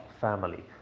family